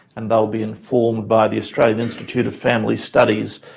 and will be informed by the australian institute of family studies